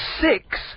six